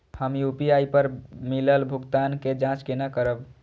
हम यू.पी.आई पर मिलल भुगतान के जाँच केना करब?